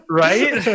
right